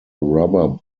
rubber